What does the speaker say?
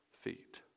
feet